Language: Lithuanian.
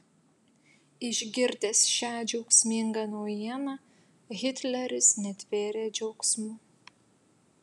išgirdęs šią džiaugsmingą naujieną hitleris netvėrė džiaugsmu